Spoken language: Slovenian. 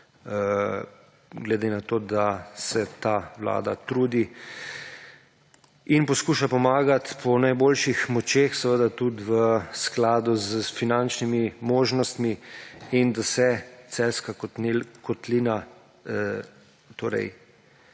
glede na to, da se ta vlada trudi in poskuša pomagati po najboljših močeh, seveda tudi v skladu s finančnimi možnostmi, in da se Celjska kotlina torej